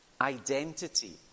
identity